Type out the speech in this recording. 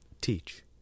teach